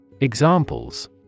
Examples